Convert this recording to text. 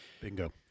Bingo